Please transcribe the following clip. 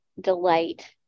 delight